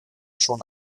schon